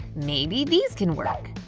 maybe these can work!